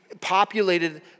populated